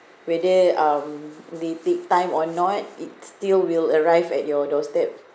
whether um they take time or not it still will arrive at your doorstep